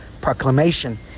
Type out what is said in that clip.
proclamation